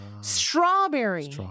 Strawberry